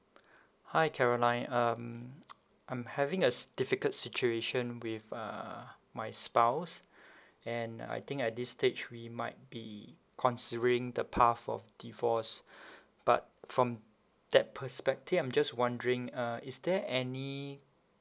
hi caroline um I'm having a s~ difficult situation with uh my spouse and I think at this stage we might be considering the path of divorce but from that perspective I'm just wondering uh is there any